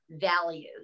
values